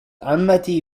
عمتي